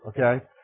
okay